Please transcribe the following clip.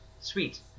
Sweet